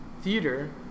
theater